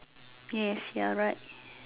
yes you're right